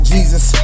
Jesus